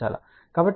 కాబట్టి మనము j 1